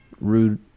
Rude